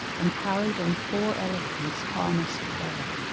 and carried on four elephants harnessed together,